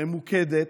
ממוקדת,